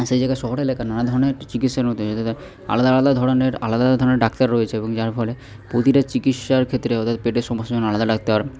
আর সেই জায়গায় শহরে এলাকায় নানা ধরনের চিকিৎসার ওতে দেখা যায় আলাদা আলাদা ধরনের আলাদা আলাদা ধরনের ডাক্তার রয়েছে এবং যার ফলে প্রতিটা চিকিৎসার ক্ষেত্রে ওদের পেটের সমস্যার জন্য আলাদা ডাক্তার